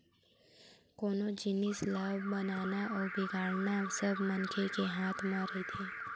कोनो जिनिस ल बनाना अउ बिगाड़ना सब मनखे के हाथ म रहिथे